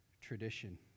tradition